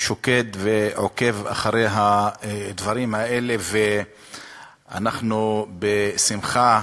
שוקד ועוקב אחרי הדברים האלה, ואנחנו בשמחה